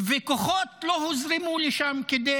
וכוחות לא הוזמנו לשם כדי